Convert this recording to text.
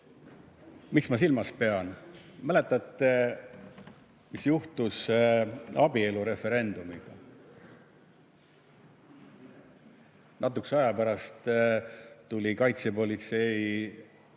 Mida ma silmas pean? Mäletate, mis juhtus abielureferendumiga? Natukese aja pärast tulid kaitsepolitsei